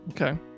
Okay